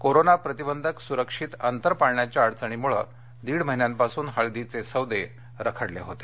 corona प्रतिबंधक सुरक्षित अंतर पाळण्याच्या अडचणीमुळे दीड महिन्यापासून हळदीचे सौदे रखडले होते